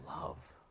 love